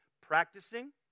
practicing